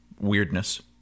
weirdness